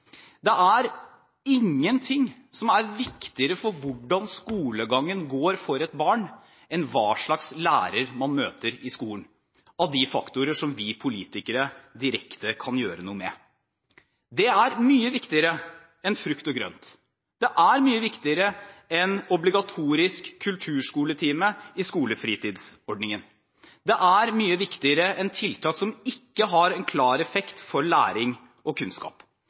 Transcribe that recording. Det er ingenting som er viktigere for hvordan skolegangen går for et barn, enn hva slags lærer man møter i skolen – av de faktorer som vi politikere direkte kan gjøre noe med. Det er mye viktigere enn frukt og grønt. Det er mye viktigere enn obligatorisk kulturskoletime i skolefritidsordningen. Det er mye viktigere enn tiltak som ikke har en klar effekt for læring og kunnskap.